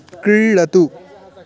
कीडतु